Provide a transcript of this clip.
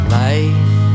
life